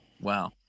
wow